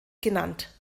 genannt